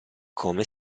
come